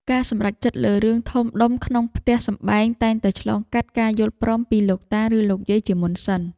ការសម្រេចចិត្តលើរឿងធំដុំក្នុងផ្ទះសម្បែងតែងតែឆ្លងកាត់ការយល់ព្រមពីលោកតា ឬលោកយាយជាមុនសិន។